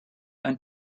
ein